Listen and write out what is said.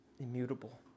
immutable